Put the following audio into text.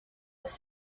was